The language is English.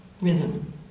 rhythm